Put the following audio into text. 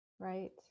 right